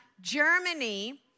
Germany